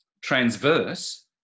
transverse